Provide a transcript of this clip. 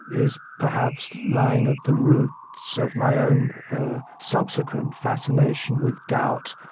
is perhaps lying at the roots so of my own subsequent fascination with doubt,